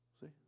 See